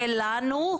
שלנו,